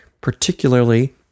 particularly